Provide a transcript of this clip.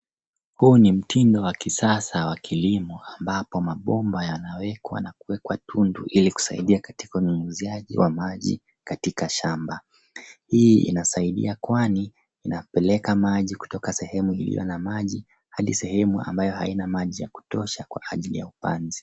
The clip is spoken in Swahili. Huu ni mtindo wa kisasa wa kilimo ambapo mabomba yanawekwa na kuwekwa tundu ili kusaidia katika unyunyiziaji wa maji katika shamba. Hii inasaidia kwani inapeleka maji kutoka sehemu hiyo na maji hadi sehemu ambayo haina maji ya kutosha kwa ajili ya upanzi.